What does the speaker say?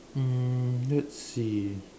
um let's see